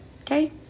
Okay